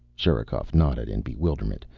sherikov nodded in bewilderment.